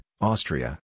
Austria